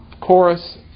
Chorus